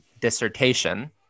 dissertation